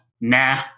Nah